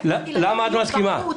כי אחרת ילדים יהיו בחוץ.